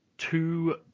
two